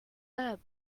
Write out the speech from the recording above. lab